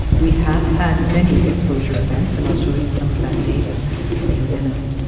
we have had many exposure events and i'll show you some of that data in a minute,